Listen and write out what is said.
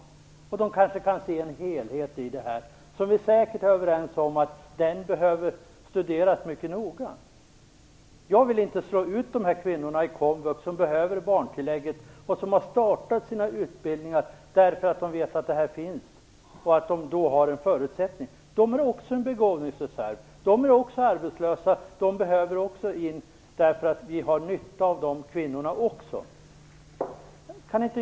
Utredningen kanske kan se en helhet i det här - vi är säkert överens om att helheten behöver studeras mycket noga. Jag vill inte vara med om att slå ut de kvinnor i komvux som behöver barntillägget och som har påbörjat sin utbildning därför att de har vetat att det finns; det har givit dem förutsättningar. De är också en begåvningsreserv, de är också arbetslösa, de behöver också komma in i arbetslivet och vi har nytta av de kvinnorna också.